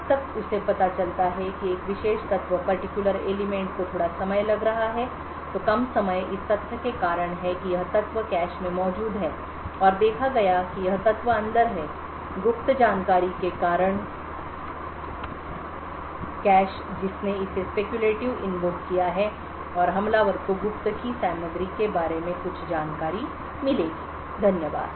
जब तक उसे पता चलता है कि एक विशेष तत्व को थोड़ा समय लग रहा है तो कम समय इस तथ्य के कारण है कि यह तत्व कैश में मौजूद है और देखा गया कि यह तत्व अंदर है गुप्त जानकारी के कारण कैश जिसने इसे स्पेक्युलेटिव इन्वोक किया है और हमलावर को गुप्त की सामग्री के बारे में कुछ जानकारी मिलेगी धन्यवाद